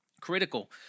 critical